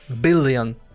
billion